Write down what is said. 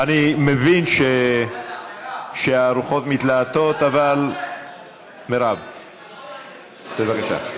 אני מבין שהרוחות מתלהטות, אבל, מירב, בבקשה.